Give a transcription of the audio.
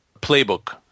playbook